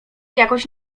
jakoś